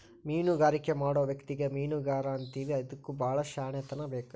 ಮೇನುಗಾರಿಕೆ ಮಾಡು ವ್ಯಕ್ತಿಗೆ ಮೇನುಗಾರಾ ಅಂತೇವಿ ಇದಕ್ಕು ಬಾಳ ಶ್ಯಾಣೆತನಾ ಬೇಕ